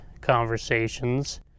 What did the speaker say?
conversations